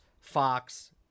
fox